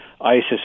ISIS